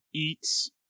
eats